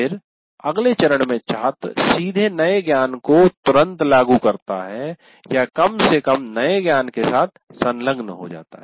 फिर अगले चरण में छात्र सीधे नए ज्ञान को तुरंत लागू करता है या कम से कम नए ज्ञान के साथ संलग्न होता है